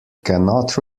cannot